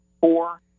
four